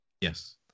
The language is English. Yes